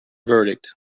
verdict